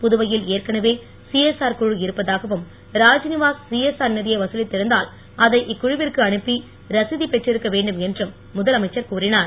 புதுவையில் ஏற்கனவே சிஎஸ்ஆர் குழு இருப்பதாகவும் ராத்நிவாஸ் சிஎஸ்ஆர் நிதியை வதலித்திருந்தால் அதை இக்குழுவிற்கு அனுப்பி ரசிது பெற்றிருக்க வேண்டும் என்றும் முதலமைச்சர் கூறினார்